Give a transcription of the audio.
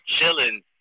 chilling